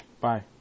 Bye